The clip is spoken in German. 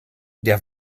der